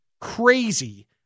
crazy